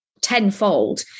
tenfold